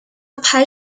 排序